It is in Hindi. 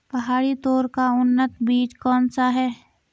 पहाड़ी तोर का उन्नत बीज कौन सा है?